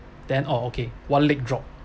then oh okay one leg drop